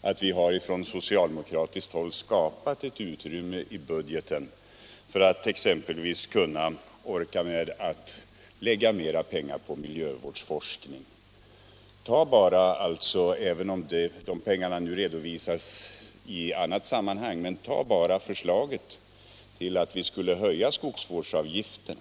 att vi på socialdemokratiskt håll vill skapa ett utrymme i budgeten för att exempelvis medge att mera pengar kan läggas på miljövårdsforskning. Se bara, även om de pengarna nu redovisas i annat sammanhang, på förslaget att höja skogsvårdsavgifterna!